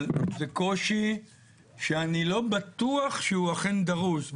אבל זה קושי שאני לא בטוח שהוא אכן דרוש.